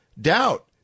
doubt